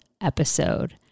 episode